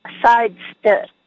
sidestep